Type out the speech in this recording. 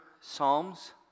psalms